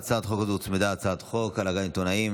להצעת החוק הזאת הוצמדה הצעת חוק הגנה על עיתונאים